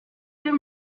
père